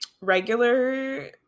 regular